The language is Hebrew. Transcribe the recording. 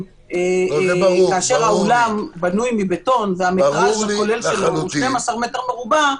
כאשר האולם בנוי מבטון והמטרז' הכולל שלו הוא 12 מ"ר,